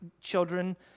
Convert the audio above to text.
children